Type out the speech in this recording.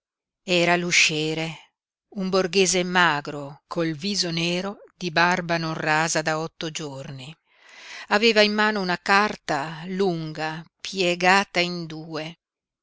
portone era l'usciere un borghese magro col viso nero di barba non rasa da otto giorni aveva in mano una carta lunga piegata in due